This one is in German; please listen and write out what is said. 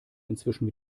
inzwischen